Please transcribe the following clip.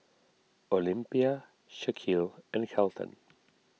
Olympia Shaquille and Kelton